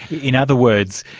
in other words,